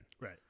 Right